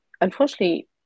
unfortunately